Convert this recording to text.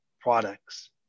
products